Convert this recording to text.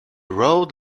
road